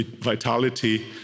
vitality